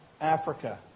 Africa